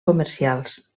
comercials